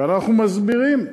ואנחנו מסבירים.